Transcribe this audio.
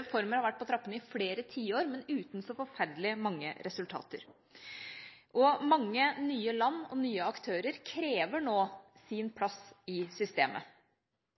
Reformer har vært på trappene i flere tiår, men uten så forferdelig mange resultater. Mange nye land og nye aktører krever nå sin plass i systemet.